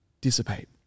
dissipate